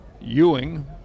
ewing